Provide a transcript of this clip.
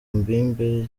mbumbe